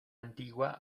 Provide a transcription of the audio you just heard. antigua